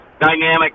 Dynamic